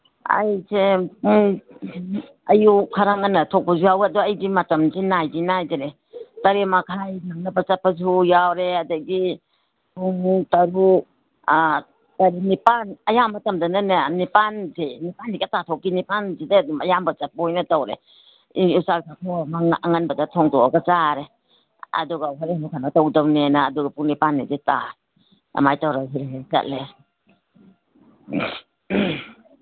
ꯑꯩꯁꯦ ꯑꯌꯨꯛ ꯈꯔ ꯉꯟꯅ ꯊꯣꯛꯄꯁꯨ ꯌꯥꯎꯏ ꯑꯗꯣ ꯑꯩꯗꯤ ꯃꯇꯝꯁꯤ ꯅꯥꯏꯗꯤ ꯅꯥꯏꯗ꯭ꯔꯦ ꯇꯔꯦꯠ ꯃꯈꯥꯏ ꯅꯪꯅꯕ ꯆꯠꯄꯁꯨ ꯌꯥꯎꯔꯦ ꯑꯗꯒꯤ ꯄꯨꯡ ꯇꯔꯨꯛ ꯇꯔꯦꯠ ꯅꯤꯄꯥꯜ ꯑꯌꯥꯝꯕ ꯃꯇꯝꯗꯅꯅꯦ ꯅꯤꯄꯥꯜꯁꯦ ꯅꯤꯄꯥꯜ ꯍꯦꯛꯇ ꯇꯥꯊꯣꯛꯈꯤ ꯅꯤꯄꯥꯜꯗ ꯑꯗꯨꯝ ꯑꯌꯥꯝꯕ ꯆꯠꯄ ꯑꯣꯏꯅ ꯇꯧꯔꯦ ꯆꯥꯛ ꯆꯥꯊꯣꯛꯑꯒ ꯉꯟꯅ ꯑꯉꯟꯕꯗ ꯊꯣꯡꯗꯣꯛꯑꯒ ꯆꯥꯔꯦ ꯑꯗꯨꯒ ꯍꯣꯔꯦꯟꯃꯨꯛ ꯀꯩꯅꯣ ꯇꯧꯗꯧꯅꯦꯅ ꯑꯗꯨꯒ ꯄꯨꯡ ꯅꯤꯄꯥꯜ ꯍꯦꯛꯇ ꯇꯥꯏ ꯑꯗꯨꯃꯥꯏ ꯇꯧꯔ ꯍꯦꯛ ꯍꯦꯛ ꯆꯠꯂꯦ